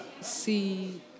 see